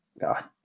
God